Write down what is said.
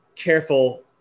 careful